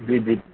جی جی